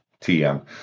TM